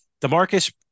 DeMarcus